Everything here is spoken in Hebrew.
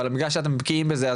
אבל בגלל שאתם בקיאים בזה,